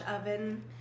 oven